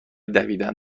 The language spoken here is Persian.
دویدن